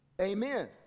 amen